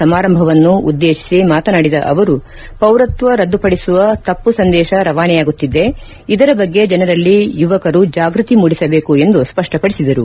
ಸಮಾರಂಭವನ್ನು ಉದ್ದೇಶಿಸಿ ಮಾತನಾಡಿದ ಅವರು ಪೌರತ್ವ ರದ್ದುಪಡಿಸುವ ತಪ್ಪು ಸಂದೇಶ ರವಾನೆಯಾಗುತ್ತಿದೆ ಇದರ ಬಗ್ಗೆ ಜನರಲ್ಲಿ ಯುವಕರು ಜಾಗೃತಿ ಮೂಡಿಸಬೇಕು ಎಂದು ಅವರು ಸ್ಪಷ್ಟಪಡಿಸಿದರು